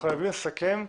אנחנו חייבים לסכם.